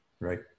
Right